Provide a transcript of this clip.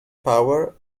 power